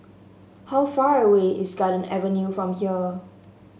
how far away is Garden Avenue from here